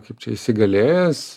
kaip čia įsigalėjęs